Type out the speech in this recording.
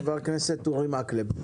חבר הכנסת אורי מקלב,